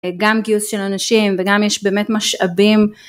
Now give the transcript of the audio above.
גם גיוס של אנשים וגם יש באמת משאבים